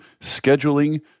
scheduling